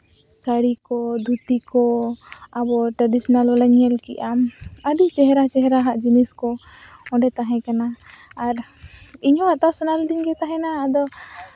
ᱥᱟᱹᱲᱤ ᱠᱚ ᱫᱷᱩᱛᱤ ᱠᱚ ᱟᱵᱚ ᱴᱨᱮᱰᱤᱥᱳᱱᱟᱞ ᱦᱚᱸᱞᱮ ᱧᱮᱞ ᱠᱮᱫᱼᱟ ᱟᱹᱰᱤ ᱪᱮᱦᱨᱟ ᱪᱮᱦᱨᱟ ᱦᱟᱸᱜ ᱡᱤᱱᱤᱥ ᱠᱚ ᱚᱸᱰᱮ ᱛᱟᱦᱮᱸ ᱠᱟᱱᱟ ᱟᱨ ᱤᱧᱦᱚᱸ ᱦᱟᱛᱟᱣ ᱥᱟᱱᱟ ᱞᱤᱫᱤᱧ ᱜᱮ ᱛᱟᱦᱮᱱᱟ ᱟᱫᱚ